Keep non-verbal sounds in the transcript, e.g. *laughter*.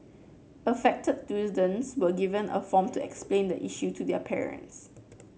affected *unintelligible* were given a form to explain the issue to their parents